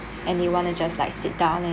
and they want to just like sit down and